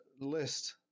list